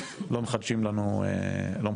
לא מחדשים לנו דבר.